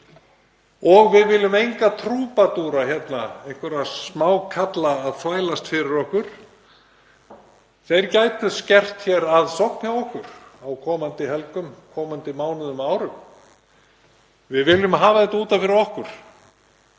Við viljum enga trúbadúra hérna, einhverja smákalla að þvælast fyrir okkur. Þeir gætu skert aðsókn hjá okkur á komandi helgum, á komandi mánuðum og árum. Við viljum hafa þetta út af fyrir okkur